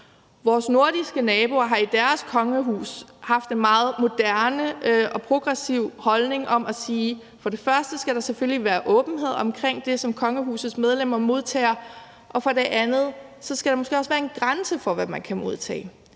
Vores nordiske naboer har i deres kongehus haft en meget moderne og progressiv holdning om, at der for det første selvfølgelig skal være åbenhed omkring det, som kongehusets medlemmer modtager, og at der for det andet måske også skal være en grænse for, hvad man kan modtage.